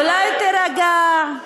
אולי תירגע?